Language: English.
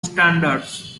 standards